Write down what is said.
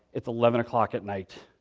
it's eleven o'clock at night.